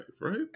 right